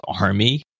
Army